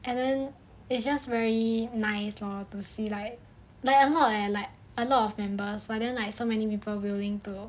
and then it's just very nice lor to see like leh a lot leh like a lot of members but then like so many people willing to